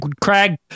Craig